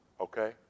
Okay